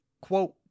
quote